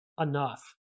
enough